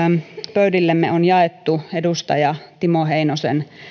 pöydillemme on jaettu edustaja timo heinosen